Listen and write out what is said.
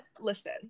Listen